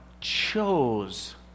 chose